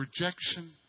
rejection